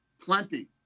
plenty